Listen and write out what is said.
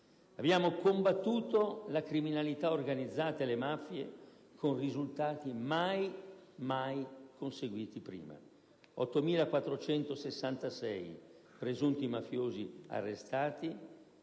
Abbiamo combattuto la criminalità organizzata e le mafie con risultati mai, mai conseguiti prima: 8.466 presunti mafiosi arrestati;